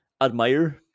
admire